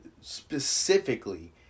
specifically